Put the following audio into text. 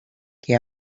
que